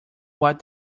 what